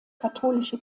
katholische